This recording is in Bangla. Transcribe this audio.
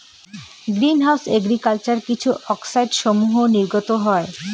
গ্রীন হাউস এগ্রিকালচার কিছু অক্সাইডসমূহ নির্গত হয়